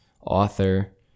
author